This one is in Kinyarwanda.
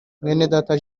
mwenedata